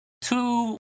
two